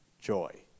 joy